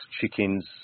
chickens